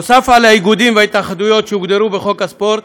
נוסף על האיגודים ועל ההתאחדויות שהוגדרו בחוק הספורט